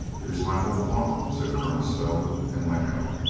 it is my whole thought, said colonel stow, and went out.